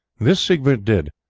this siegbert did,